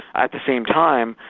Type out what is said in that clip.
at the same time,